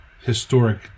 historic